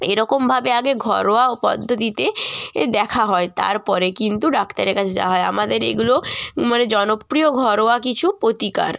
এরকমভাবে আগে ঘরোয়া পদ্ধতিতে এ দেখা হয় তারপরে কিন্তু ডাক্তারের কাছে যাওয়া হয় আমাদের এগুলো মানে জনপ্রিয় ঘরোয়া কিছু পোতিকার